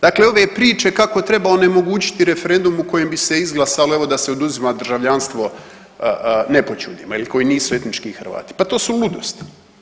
Dakle, ove priče kako treba onemogućiti referendum u kojem bi se izglasalo evo da se oduzima državljanstvo nepoćudnima ili koji nisu etnički Hrvati, pa to su ludosti.